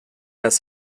das